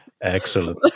excellent